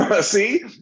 see